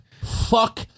Fuck